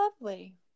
lovely